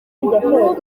nubwo